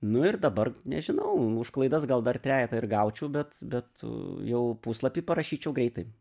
nu ir dabar nežinau už klaidas gal dar trejetą ir gaučiau bet bet jau puslapį parašyčiau greitai